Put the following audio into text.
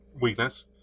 weakness